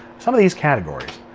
some of these categories.